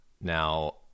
Now